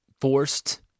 forced